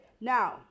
Now